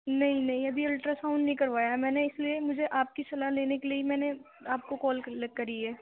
نہیں نہیں ابھی الٹرا ساؤنڈ نہیں كروایا ہے میں نے اس لیے مجھے آپ کی صلاح لینے کے لیے ہی میں نے آپ کو کال کری ہے